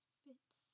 fits